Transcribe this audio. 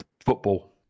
football